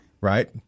Right